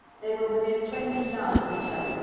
they were within twenty yards of each other,